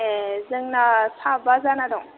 ए जोंना साबा जाना दं